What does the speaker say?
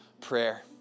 prayer